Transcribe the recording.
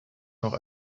noch